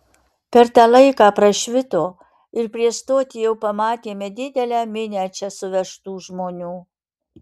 per tą laiką prašvito ir prieš stotį jau pamatėme didelę minią čia suvežtų žmonių